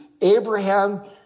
Abraham